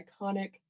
iconic